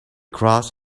cross